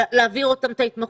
להעביר אותם את ההתמחות,